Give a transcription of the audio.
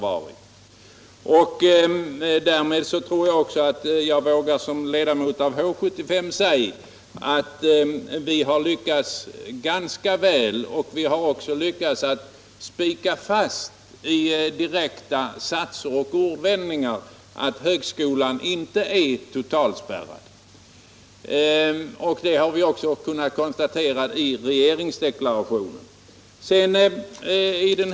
Därmed tror jag också att jag som ledamot av H 75 vågar säga att vi har lyckats ganska väl. Vi har även lyckats spika fast, i direkta satser och ordvändningar, att högskolan inte är totalspärrad. Det har också sagts i regeringsdeklarationen att den inte skall vara det.